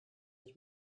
ich